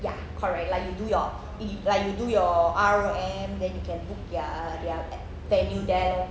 ya correct like you do your you like you do your R_O_M then you can book their their venue there